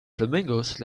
flamingos